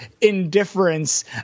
indifference